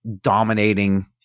dominating